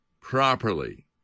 properly